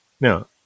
Now